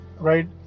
right